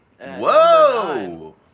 Whoa